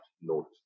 note